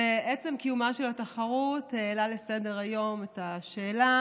ועצם קיומה של התחרות העלה לסדר היום את השאלה